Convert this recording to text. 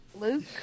Luke